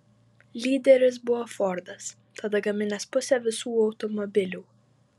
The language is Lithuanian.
lyderis buvo fordas tada gaminęs pusę visų automobilių